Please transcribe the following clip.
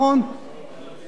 אחרון, אחרון.